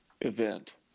event